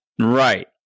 Right